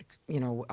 like you know, ah